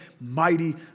Mighty